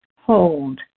Hold